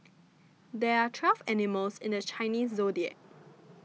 there are twelve animals in the Chinese zodiac